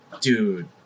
dude